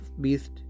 beast